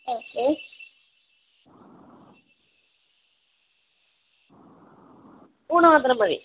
okay ഊണ് മാത്രം മതി